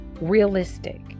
realistic